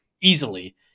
easily